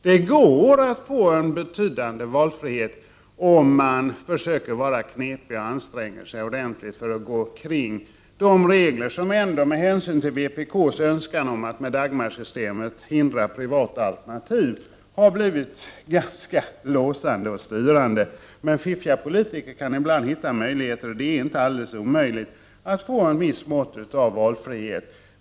Det går att få en betydande valfrihet om man försöker att vara knepig och anstränger sig ordentligt för att kringgå de regler som — med hänsyn till vpk:s önskan att med Dagmarsystemet hindra privata alternativ — har blivit ganska låsande och styrande. Men fiffiga politiker kan ibland finna möjligheter, och det är inte alldeles omöjligt att få ett visst mått av valfrihet.